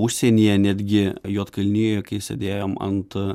užsienyje netgi juodkalnijoje kai sėdėjom ant